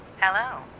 Hello